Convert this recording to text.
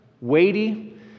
weighty